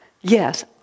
Yes